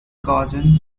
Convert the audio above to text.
garden